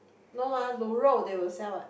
no ah 卤肉 they will sell what